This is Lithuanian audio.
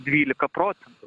dvylika procentų